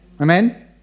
Amen